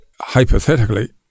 hypothetically